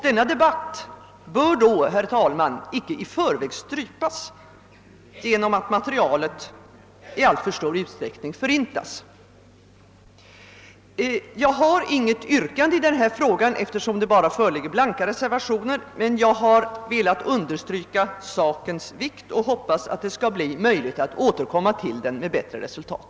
Denna debatt bör inte i förväg strypas genom att det inspelade materialet i alltför stor utsträckning förintas. Jag har inget yrkande i denna fråga, då det endast föreligger blanka reservationer, men jag har velat understryka dess vikt och hoppas att det skall bli möjligt att återkomma till den med bättre resultat.